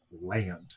land